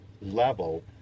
level